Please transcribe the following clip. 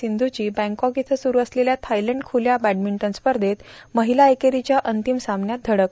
सिंधूची Bangkok इथं सुरू असलेल्या थायलंड खुल्या बॅडमिंटन स्पर्धेत महिला एकेरीच्या अंतिम सामन्यात धडक